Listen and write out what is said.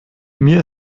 mir